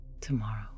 tomorrow